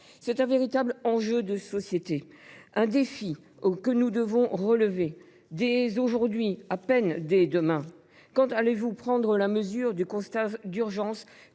d’un véritable enjeu de société, d’un défi que nous devons relever dès aujourd’hui et non demain. Quand allez vous prendre la mesure du constat d’urgence